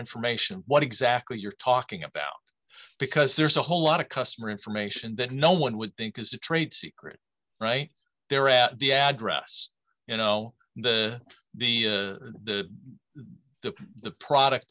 information what exactly you're talking about because there's a whole lot of customer information that no one would think is a trade secret right there at the address you know the the the the the product